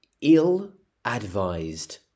ill-advised